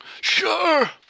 Sure